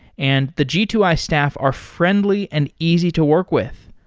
and the g two i staff are friendly and easy to work with.